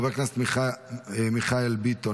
חבר הכנסת מיכאל ביטון,